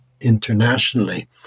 internationally